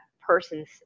person's